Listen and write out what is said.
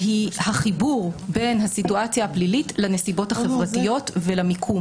היא החיבור בין הסיטואציה הפלילית לנסיבות החברתיות ולמיקום.